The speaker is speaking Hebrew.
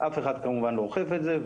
אף אחד כמובן לא אוכף את זה.